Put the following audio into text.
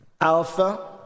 Alpha